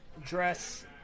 dress